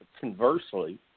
Conversely